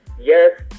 Yes